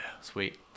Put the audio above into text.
Sweet